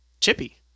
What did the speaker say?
Chippy